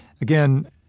again